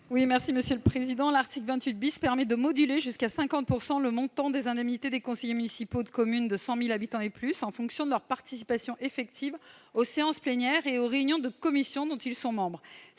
Mme Nathalie Delattre. L'article 28 permet de moduler jusqu'à 50 % le montant des indemnités des conseillers municipaux de communes de 100 000 habitants et plus en fonction de leur participation effective aux séances plénières et aux réunions de commissions dont ils sont membres.